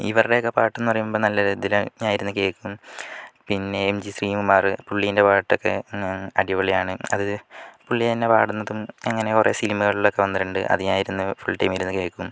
ഇവരുടെയൊക്കെ പാട്ടെന്നു പറയുമ്പോൾ നല്ല ഇതിൽ ഞാൻ ഇരുന്നു കേൾക്കും പിന്നെ എം ജി ശ്രീകുമാർ പുള്ളീൻ്റെ പാട്ടൊക്കെ അടിപൊളി ആണ് അത് പുള്ളി തന്നെ പാടുന്നതും അങ്ങനെ കുറേ സിനിമകളിലൊക്കെ വന്നിട്ടുണ്ട് അത് ഞാൻ ഇരുന്നു ഫുൾ ടൈം ഇരുന്നു കേൾക്കും